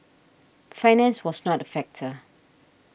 finance was not a factor